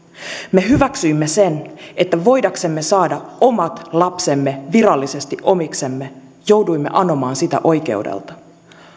me hyväksyimme sen että voidaksemme saada omat lapsemme virallisesti omiksemme jouduimme anomaan sitä oikeudelta